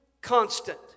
constant